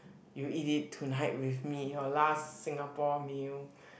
you eat it tonight with me your last Singapore meal